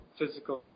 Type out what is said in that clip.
physical